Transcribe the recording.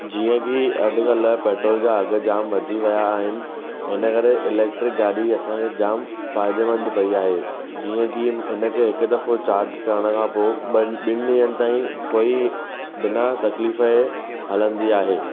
जीअं की अॼुकल्ह पेट्रोल जा अघु जाम वधी विया आहिनि इन करे इलेक्ट्रिक गाॾी असांखे जाम फ़ाइदेमंद पई आहे जीअं की इनखे हिकु दफ़ो चार्ज करण खां पोइ ॿ ॿिनि ॾींहंनि ताईं कोई बिना तकलीफ़ जे हलंदी आहे